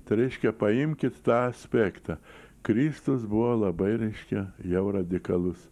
tai reiškia paimkit tą aspektą kristus buvo labai reiškia jau radikalus